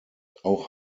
auch